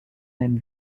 même